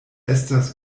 estas